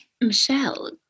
Michelle